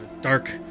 dark